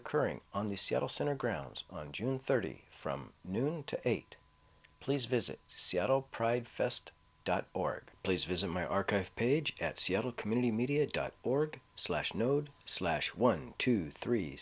occurring on the seattle center grounds on june thirty from noon to eight please visit seattle pride fest dot org please visit my archive page at seattle community media dot org slash node slash one two three